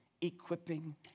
equipping